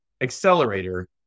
Accelerator